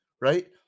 Right